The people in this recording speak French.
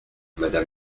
madame